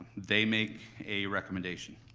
they make a recommendation.